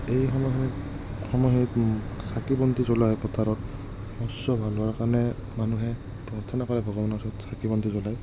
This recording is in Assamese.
এই সময়খিনিত অসমৰ হেৰিত চাকি বন্তি জ্বলোৱা হয় পথাৰত শস্য ভাল হোৱাৰ কাৰণে মানুহে প্ৰাৰ্থনা কৰে ভগৱানৰ ওচৰত চাকি বন্তি জ্বলাই